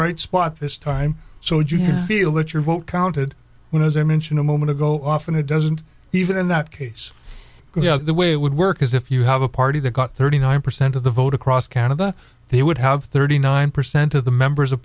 right spot this time so yeah i feel that your vote counted when as i mentioned a moment ago often it doesn't even in that case the way it would work is if you have a party that got thirty nine percent of the vote across canada they would have thirty nine percent of the members of